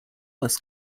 was